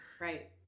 Right